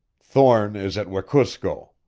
thorne is at wekusko.